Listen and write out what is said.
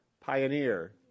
pioneer